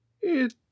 It